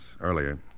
earlier